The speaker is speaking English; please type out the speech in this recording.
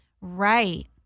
Right